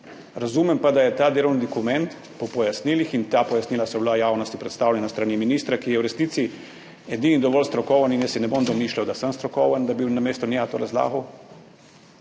Razumem pa, da je ta delovni dokument po pojasnilih, in ta pojasnila so bila javnosti predstavljena s strani ministra, ki je v resnici edini in dovolj strokoven in jaz si ne bom domišljal, da sem strokoven, da bi namesto njega to razlagal.